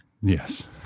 Yes